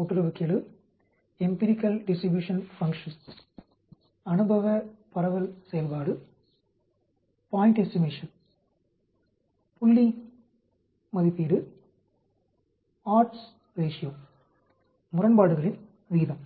ஓட்டுறவுக்கெழு அனுபவ பரவல் செயல்பாடு புள்ளி மதிப்பீடு முரண்பாடுகளின் விகிதம்